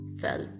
felt